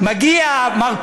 מגיע מר כהן,